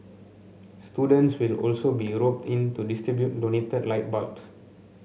students will also be roped in to distribute donated light bulbs